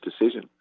decision